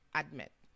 admit